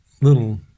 little